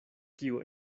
kiu